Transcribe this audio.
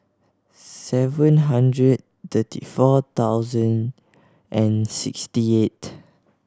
seven hundred thirty four thousand and sixty eight